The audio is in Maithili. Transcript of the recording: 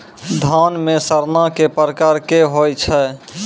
धान म सड़ना कै प्रकार के होय छै?